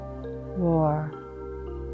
war